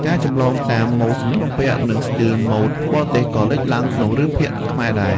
ការចម្លងតាម ម៉ូដសម្លៀកបំពាក់ និងស្ទីលម៉ូតបរទេសក៏លេចឡើងក្នុងរឿងភាគខ្មែរដែរ។